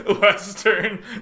western